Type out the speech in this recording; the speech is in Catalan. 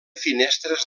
finestres